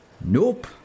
Nope